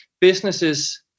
businesses